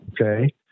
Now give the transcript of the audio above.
Okay